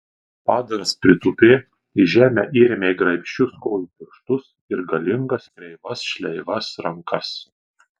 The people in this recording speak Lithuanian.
padaras pritūpė į žemę įrėmė graibščius kojų pirštus ir galingas kreivas šleivas rankas